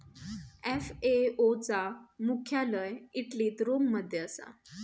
FAO चा मुख्यालय इटलीत रोम मध्ये असा